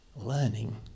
learning